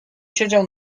siedział